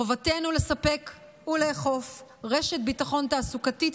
מחובתנו לספק ולאכוף רשת ביטחון תעסוקתית